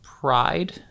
Pride